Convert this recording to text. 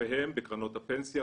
שכספיהם בקרנות הפנסיה,